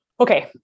okay